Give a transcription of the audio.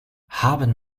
haben